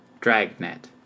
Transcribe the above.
Dragnet